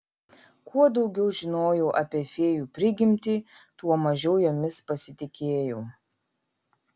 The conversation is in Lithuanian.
kuo daugiau žinojau apie fėjų prigimtį tuo mažiau jomis pasitikėjau